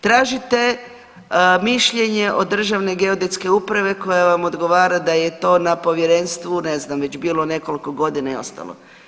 Tražite mišljenje od Državne geodetske uprave koja vam odgovara da vam je to na povjerenstvu, ne znam, već bilo nekoliko godina i ostalo.